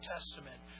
Testament